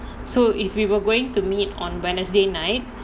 so if we were going to meet on wednesday night